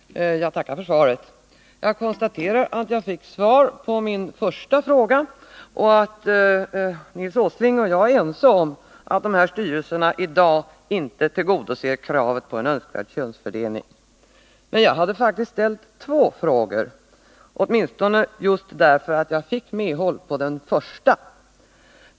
Herr talman! Jag tackar för svaret. Jag konstaterar att jag fick svar på min första fråga och att Nils Åsling och jag är ense om att sammansättningen av de här styrelserna i dag inte tillgodoser kravet på en önskvärd könsfördelning. Men jag hade faktiskt ställt två frågor, just därför att jag på den första frågan fick ett svar som innebär att industriministern håller med mig.